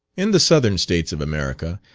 in the southern states of america,